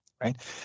right